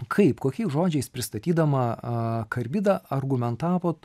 kaip kokiais žodžiais pristatydama a karbidą argumentavot